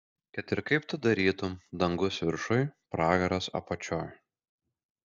kad ir kaip tu darytum dangus viršuj pragaras apačioj